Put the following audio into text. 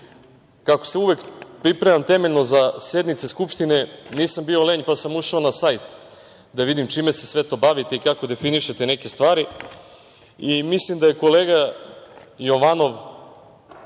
se uvek pripremam temeljno za sednice Skupštine, nisam bio lenj, pa sam ušao na sajt, da vidim čime se sve to bavite i kako definišete neke stvari i mislim da je kolega Jovanov